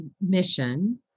mission